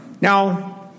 Now